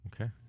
Okay